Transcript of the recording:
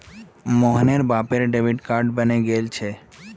मोहनेर बापेर debit card बने गेल छे